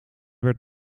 werd